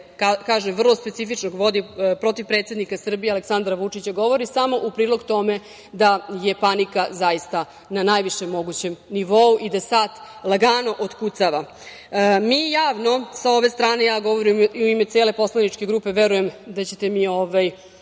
kažem, vrlo specifično vodi protiv predsednika Srbije Aleksandra Vučića, govorio samo u prilog tome da je panika zaista na najvišem mogućem nivou i da sat lagano otkucava. Mi javno sa ove strane, ja govorim u ime cele poslaničke grupe, verujem da ćete mi